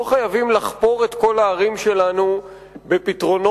לא חייבים לחפור את כל הערים שלנו בפתרונות